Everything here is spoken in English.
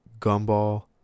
gumball